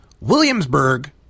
Williamsburg